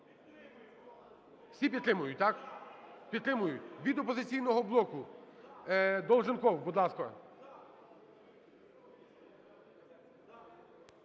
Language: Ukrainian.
Всі підтримують, так? Підтримують? Від "Опозиційного блоку" Долженков, будь ласка.